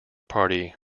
party